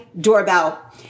doorbell